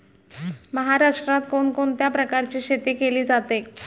महाराष्ट्रात कोण कोणत्या प्रकारची शेती केली जाते?